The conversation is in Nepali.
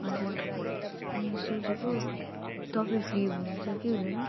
हजुर अनि सोचेको तपाईँ फ्री हुनुहुन्छ कि हुँदैन